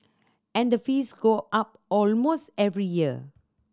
and the fees go up almost every year